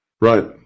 Right